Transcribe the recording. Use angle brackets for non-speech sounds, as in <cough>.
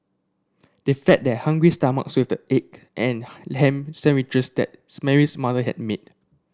they fed their hungry stomachs with the egg and <unintelligible> ham sandwiches that <unintelligible> Mary's mother had made